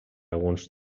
alguns